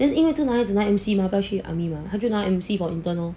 then 因为这个男孩子拿 M_C mah 不要去 army mah 他就拿 M_C for intern lor